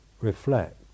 reflect